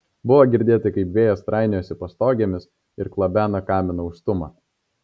buvo girdėti kaip vėjas trainiojasi pastogėmis ir klabena kamino užstūmą